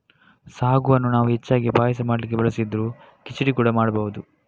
ಸಾಗುವನ್ನ ನಾವು ಹೆಚ್ಚಾಗಿ ಪಾಯಸ ಮಾಡ್ಲಿಕ್ಕೆ ಬಳಸಿದ್ರೂ ಖಿಚಡಿ ಕೂಡಾ ಮಾಡ್ಬಹುದು